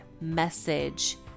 message